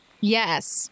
Yes